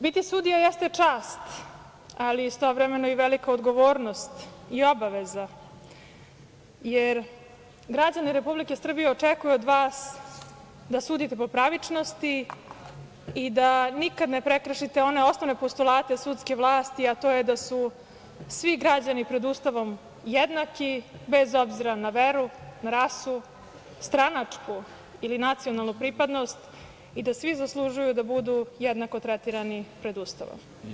Biti sudija jeste čast, ali istovremeno i velika odgovornost i obaveza jer građani Republike Srbije očekuju od vas da sudite po pravičnosti i da nikada ne prekršite one osnovne postulate sudske vlasti, a to je da su svi građani pred Ustavom jednaki, bez obzira na veru, rasu, stranačku ili nacionalnu pripadnost i da svi zaslužuju da budu jednako tretirani pred Ustavom.